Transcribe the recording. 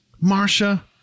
Marcia